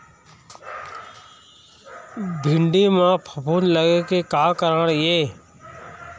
भिंडी म फफूंद लगे के का कारण ये?